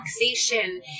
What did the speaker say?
relaxation